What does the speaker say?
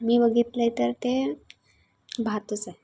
मी बघितलं आहे तर ते भातच आहे